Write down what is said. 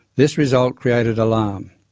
this result created alarm,